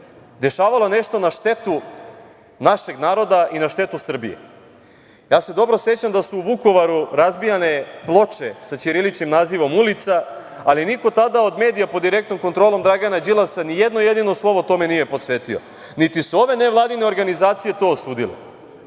dešavalo nešto na štetu našeg naroda i na štetu Srbije. Ja se dobro sećam da su u Vukovaru razbijane ploče sa ćiriličnim nazivom ulica, ali niko tada od medija po direktnom kontrolom Dragana Đilasa, ni jedno jedino slovo tome nije posvetio, niti su ove nevladine organizacije to osudile.